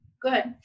good